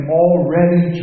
already